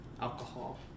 alcohol